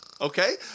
Okay